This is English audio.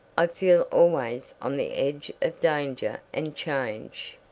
i feel always on the edge of danger and change.